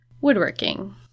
woodworking